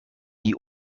die